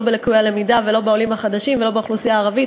לא בלקויי למידה ולא בעולים החדשים ולא באוכלוסייה הערבית.